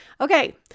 Okay